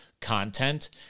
content